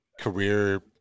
career